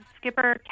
skipper